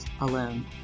alone